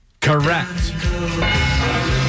Correct